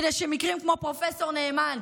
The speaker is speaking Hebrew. כדי שמקרים כמו פרופ' נאמן,